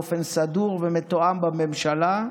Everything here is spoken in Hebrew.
באופן סדור ומתואם בממשלה.